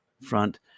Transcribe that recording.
front